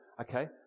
okay